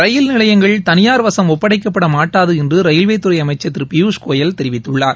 ரயில் நிலையங்கள் தனியார் வசம் ஒப்படைக்கப்பட மாட்டாது என்று ரயில்வேதுறை அமைச்சர் திரு பியூஷ் கோயல் தெரிவித்துள்ளார்